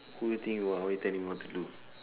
who do you think you are why you telling me what to do